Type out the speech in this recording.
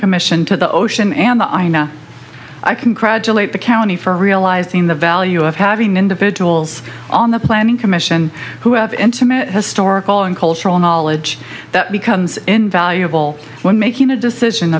commission to the ocean and the ira i congratulate the county for realizing the value of having individuals on the planning commission who have intimate historical and cultural knowledge that becomes invaluable when making a decision